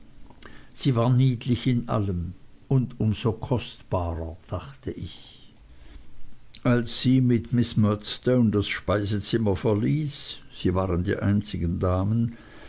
sie war niedlich in allem um so kostbarer dachte ich als sie mit miß murdstone das speisezimmer verließ sie waren die einzigen damen